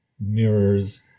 mirrors